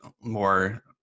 more